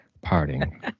parting